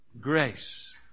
Grace